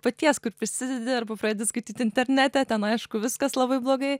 paties kur prisidedi arba pradedi skaityt internete ten aišku viskas labai blogai